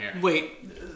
Wait